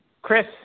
Chris